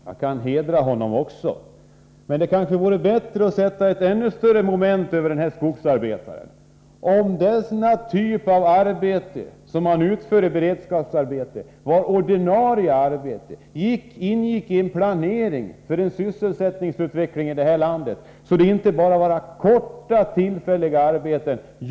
Det kan jag göra också, men det vore kanske att resa ett ännu större monument över honom om man såg till att det arbete som han utför som beredskapsarbete blev ett ordinarie arbete som ingick i en planering för sysselsättningsutveckling här i landet och inte bara var ett kort, tillfälligt arbete.